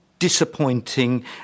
disappointing